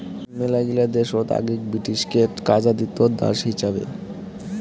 মেলাগিলা দেশত আগেক ব্রিটিশকে কাজা দিত দাস হিচাবে